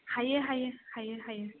हायो हायो हायो हायो